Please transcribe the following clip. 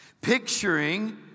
Picturing